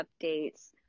updates